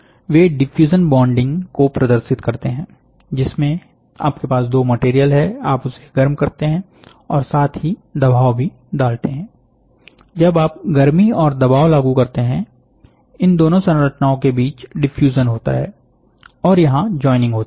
वे diffusion bonding को प्रदर्शित करते हैं जिसमें आपके पास दो मटेरियल है आप उसे गर्म करते हैं और साथ ही आप दबाव भी डालते हैं जब आप गर्मी और दबाव लागू करते हैं इन दोनों संरचनाओं के बीच डिफ्यूजन होता है और यहां जॉइनिंग होती है